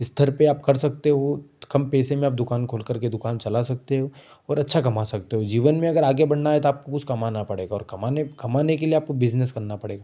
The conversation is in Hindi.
स्तर पर आप कर सकते हो कम पैसे में आप दुकान खोलकर के दुकान चला सकते हो और अच्छा कमा सकते हो जीवन में अगर आगे बढ़ना है तो आपको कुछ कमाना पड़ेगा और कमाने कमाने के लिए आपको बिजनेस करना पड़ेगा